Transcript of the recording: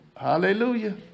Hallelujah